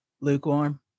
Lukewarm